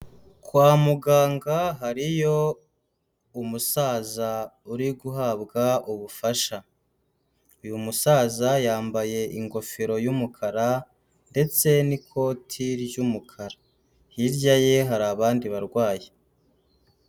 Kwa muganga hariyo umusaza uri guhabwa ubufasha, uyu musaza yambaye ingofero y'umukara ndetse n'ikoti ry'umukara, hirya ye hari abandi barwayi.